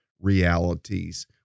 realities